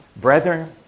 brethren